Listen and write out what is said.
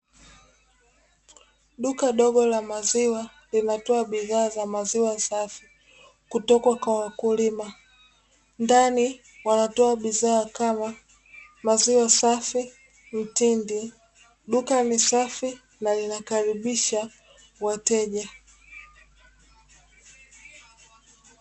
Duka dogo la maziwa linatoa bidhaa za maziwa safi kutoka kwa wakuma ndani wanatoa bidhaa kama maziwa safi mtindi duka safi na linakalibisha wateja.